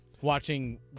Watching